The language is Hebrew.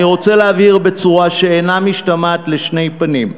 אני רוצה להבהיר בצורה שאינה משתמעת לשתי פנים: